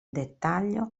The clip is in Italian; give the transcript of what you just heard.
dettaglio